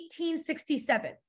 1867